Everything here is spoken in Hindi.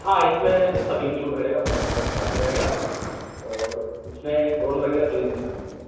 हाँ इसमें सब इन्क्लुड़ रहेगा पचास हज़ार चार्ज रहेगा और उसमें ड्रोन वगैरह सब इसमें सब मिल जाएगा